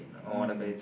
mm